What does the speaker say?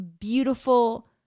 beautiful